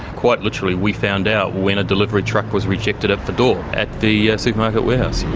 quite literally we found out when a delivery truck was rejected at the door, at the supermarket warehouse.